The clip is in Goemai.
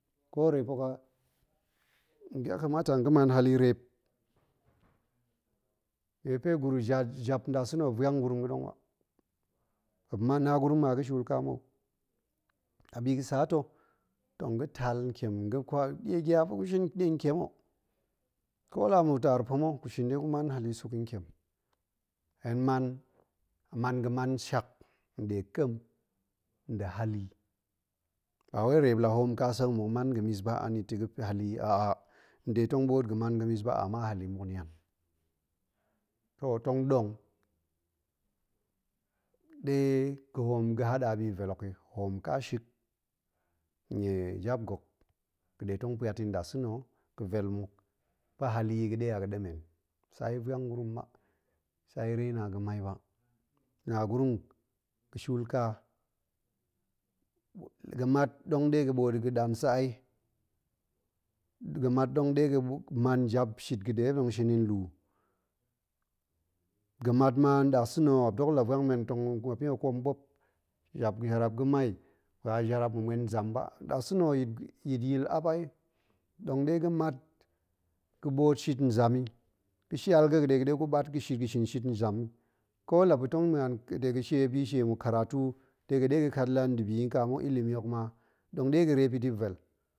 Ya kamata tong ga̱man hali reep, nnie pe gurum jap jap nɗa sa̱na̱ muop vuang gurum ga̱ɗong ba, muop man, muop na gurum ma ga̱ shuulka mou, a bi ga̱sa ta̱ tong ga̱tal ntiem ga̱ kwal die gya buk shinɗi ntiem ho, ko la a mmuk taar pama̱ gushin degu man an suk yi ntiem. Hen man, man ga̱man shak nɗe kem nda̱, hali, ba wau reep la hoom kasek muk man ga̱mis ba anita̱ ga̱ hali aati, nde tong ɓoot gaman gamis ba ama hali muk nian, toh tong ɗong ɗe ga̱hoom ga̱ haɗa bi vel hok yi, hoom kasuk, nnie jab gok nɗe tong puat yi nɗasa̱na̱, ga̱ vel mule pa̱ hali ga̱ɗe a biga ɗemen, tsa ya̱ vuang gurum ba tsa ya̱ rena ga̱mi ba, na gurum ga̱ shuulka, gamat dong ɗe ga̱ ɗoot yi ga̱ɗan sa̱ ai, ga̱mat ɗong ɗe ga̱man ja̱b shit ga̱ ɗe muop tong shin yi nlu gamat ma ndae la vuang men tong muop yi a kwamɓop, jap jaraap ga̱mei ba a jara ap, ga̱mu en nzam ba nɗasa̱na̱ yit yil ap ai, ɗongɗe ga̱mat ga̱ ɓoot shit nzam yi, ga shal ga̱ dega̱ ɗe guɓat ga̱shin shit nzam yi, ko la pa̱tong muen ɗega shie bishie mmuk karatu dega ɗe ga̱kat la nda̱bi yi nka mmuk ilimi hok yi ma ɗong ɗega reep yi dip nvel